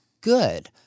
good